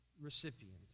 recipients